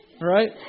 Right